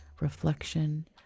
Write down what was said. reflection